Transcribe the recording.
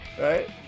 Right